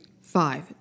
Five